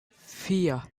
vier